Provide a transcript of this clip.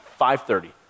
5.30